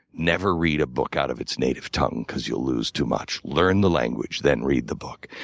never read a book out of its native tongue because you'll lose too much. learn the language, then read the book.